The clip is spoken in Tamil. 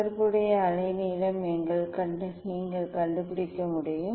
தொடர்புடைய அலைநீளம் நீங்கள் கண்டுபிடிக்க முடியும்